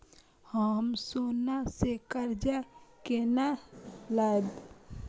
हम सोना से कर्जा केना लैब?